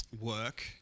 work